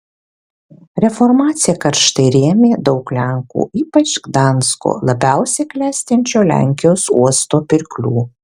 reformaciją karštai rėmė daug lenkų ypač gdansko labiausiai klestinčio lenkijos uosto pirklių